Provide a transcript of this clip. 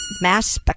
mass